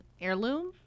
heirloom